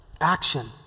Action